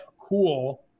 cool